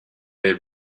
they